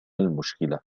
المشكلة